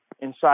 inside